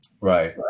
Right